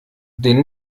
den